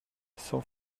cent